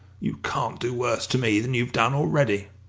you can't do worse to me than you've done already!